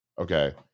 okay